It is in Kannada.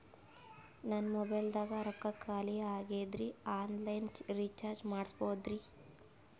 ನನ್ನ ಮೊಬೈಲದಾಗ ರೊಕ್ಕ ಖಾಲಿ ಆಗ್ಯದ್ರಿ ಆನ್ ಲೈನ್ ರೀಚಾರ್ಜ್ ಮಾಡಸ್ಬೋದ್ರಿ?